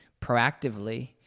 proactively